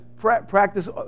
practice